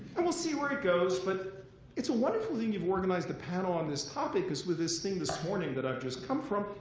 and we'll see where it goes. but it's a wonderful thing you've organized a panel on this topic. because with this thing this morning that i've just come from,